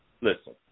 listen